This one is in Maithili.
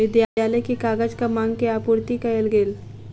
विद्यालय के कागजक मांग के आपूर्ति कयल गेल